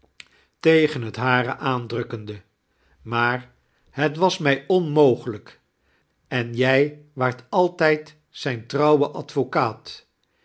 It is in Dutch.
tegen het hare aandrukkendie maar het was mij onmogelijk en jij waart altijd zijn trouiwe